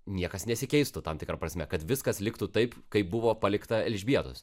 niekas nesikeistų tam tikra prasme kad viskas liktų taip kaip buvo palikta elžbietos